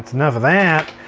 that's enough of that.